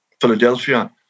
Philadelphia